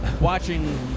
watching